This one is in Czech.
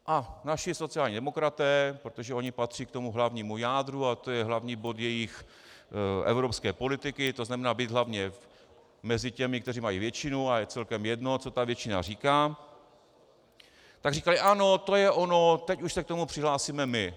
A naši sociální demokraté, protože oni patří k tomu hlavnímu jádru a to je hlavní bod jejich evropské politiky, to znamená být hlavně mezi těmi, kteří mají většinu, a je celkem jedno, co ta většina říká, tak říkali: ano, to je ono, teď už se k tomu přihlásíme my.